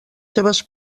seves